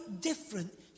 different